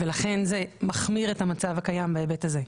לכן זה מחמיר את המצב הקיים בהיבט הזה.